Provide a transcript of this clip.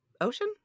ocean